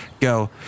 Go